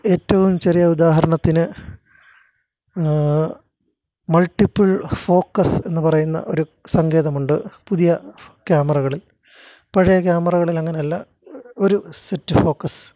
ഏറ്റവും ചെറിയ ഉദാഹരണത്തിന് മള്ട്ടിപ്പിള് ഫോക്കസ് എന്ന് പറയുന്ന ഒരു സങ്കേതമുണ്ട് പുതിയ ക്യാമറകളില് പഴയ ക്യാമറകളിലങ്ങനെയല്ല ഒരു സെറ്റ് ഫോക്കസ്